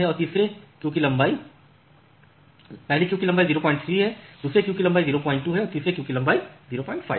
खेद है कि पहली क्यू की लंबाई 03 है दूसरी क्यू की लंबाई 02 है और तीसरी क्यू की लंबाई 05 है